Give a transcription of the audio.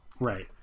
right